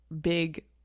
big